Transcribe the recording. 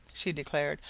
she declared,